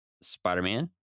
Spider-Man